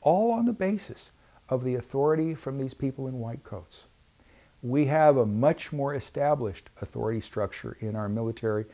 all on the basis of the authority from these people in white coats we have a much more established authority structure in our military